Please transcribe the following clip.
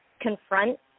confront